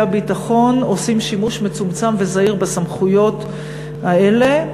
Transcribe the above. הביטחון עושים שימוש מצומצם וזהיר בסמכויות האלה,